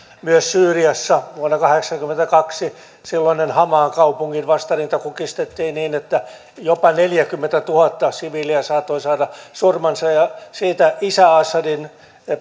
myös syyriassa vuonna kahdeksankymmentäkaksi silloinen haman kaupungin vastarinta kukistettiin niin että jopa neljäkymmentätuhatta siviiliä saattoi saada surmansa ja siitä isä al assadin